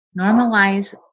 normalize